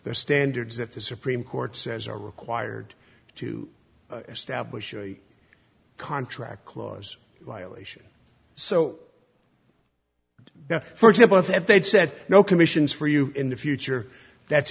their standards if the supreme court says are required to establish a contract clause elation so for example if they'd said no commissions for you in the future that's